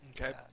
Okay